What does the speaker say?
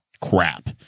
crap